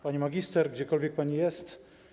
Pani Magister, gdziekolwiek pani jest!